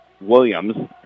Williams